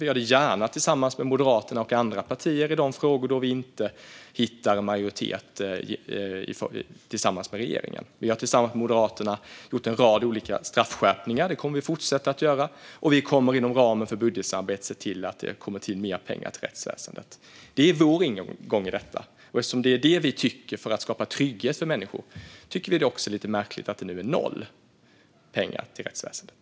Vi gör det gärna tillsammans med Moderaterna och andra partier i de frågor där vi inte hittar en majoritet tillsammans med regeringen. Vi har tillsammans med Moderaterna gjort en rad olika straffskärpningar, och det kommer vi att fortsätta att göra. Inom ramen för budgetsamarbetet kommer vi att se till att det kommer mer pengar till rättsväsendet. Det är vår ingång i detta för att skapa trygghet för människor, och därför tycker vi också att det är lite märkligt att det nu är noll kronor till rättsväsendet.